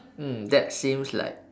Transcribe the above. mm that seems like